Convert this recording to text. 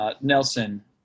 Nelson